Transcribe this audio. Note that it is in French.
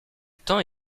temps